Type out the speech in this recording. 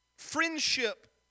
friendship